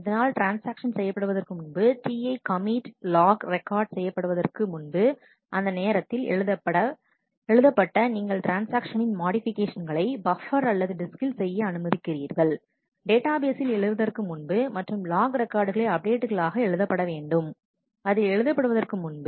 அதனால் ட்ரான்ஸ்ஆக்ஷன் செய்யப்படுவதற்கு முன்பு Ti commit லாக் ரெக்கார்ட் செய்யப்படுவதற்கு முன்பு அந்த நேரத்தில் எழுதப்பட்ட நீங்கள் ட்ரான்ஸ்ஆக்ஷனின் மாடிஃபிகேஷன் களை பப்பர் அல்லது டிஸ்கில் செய்ய அனுமதிக்கிறீர்கள் டேட்டா பேசில் எழுதுவதற்கு முன்பு மற்றும் லாக் ரெக்கார்டுகளை அப்டேட்களாக எழுதப்பட வேண்டும் அதில் எழுதப்படுவதற்கு முன்பு